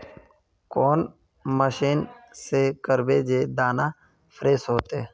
कौन मशीन से करबे जे दाना फ्रेस होते?